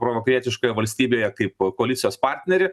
provakarietiškoje valstybėje kaip koalicijos partnerį